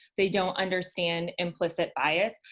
they don't understand implicit bias.